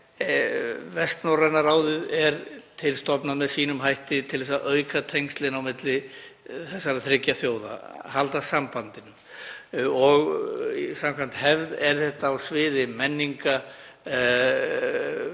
Vestnorræna ráðið er til stofnað með sínum hætti til þess að auka tengslin á milli þessara þriggja þjóða, halda sambandinu. Samkvæmt hefð er það á sviði menningar,